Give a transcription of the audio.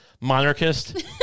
monarchist